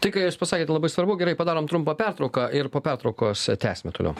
tai ką jūs pasakėt labai svarbu gerai padarom trumpą pertrauką ir po pertraukos tęsime toliau